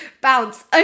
bounce